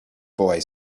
boy